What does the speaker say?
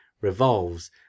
revolves